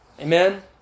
Amen